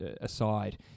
aside